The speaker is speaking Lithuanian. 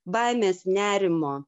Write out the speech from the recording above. baimės nerimo